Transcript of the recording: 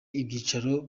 ibyicaro